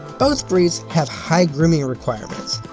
both breeds have high grooming requirements,